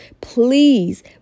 please